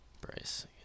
bryce